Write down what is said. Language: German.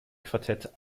quartett